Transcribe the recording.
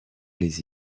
les